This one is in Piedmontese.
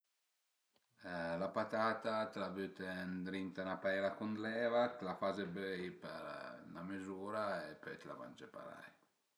La patata t'la büte ëndrinta a ün-a peila cun l'eva, t'la faze böi për 'na mezura e pöi t'la mange parei